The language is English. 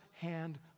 hand